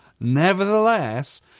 Nevertheless